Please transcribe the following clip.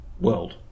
world